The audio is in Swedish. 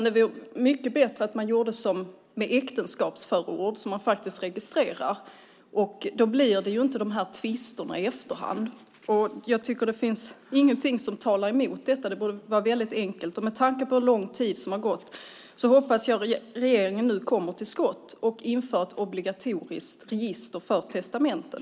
Det vore mycket bättre att man gjorde som med äktenskapsförord, som man ju registrerar. Då blir det inte de här tvisterna i efterhand. Jag tycker att det inte finns någonting som talar emot detta. Det borde alltså vara väldigt enkelt. Med tanke på hur lång tid som har gått hoppas jag att regeringen nu kommer till skott och inför ett obligatoriskt register för testamenten.